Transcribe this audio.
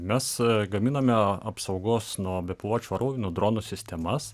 mes gaminame apsaugos nuo bepiločių orlaivių nu dronų sistemas